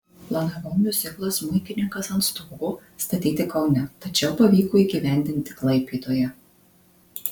planavau miuziklą smuikininkas ant stogo statyti kaune tačiau pavyko įgyvendinti klaipėdoje